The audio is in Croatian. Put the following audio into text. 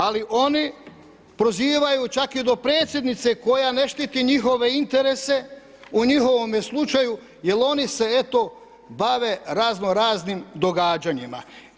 Ali oni prozivaju, čak i do predsjednice koja ne štiti njihove interese u njihovome slučaju jer oni se eto bave razno-raznim događanjima.